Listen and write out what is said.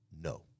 No